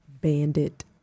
bandit